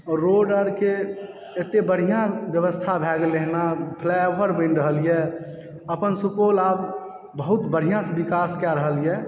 road आरके एते बढ़िया व्यवस्था भए गेलै हन फ्लाईओवर बनि रहलयए अपन सुपौल आब बहुत बढ़ियासऽ विकास कए रहलयए